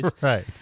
Right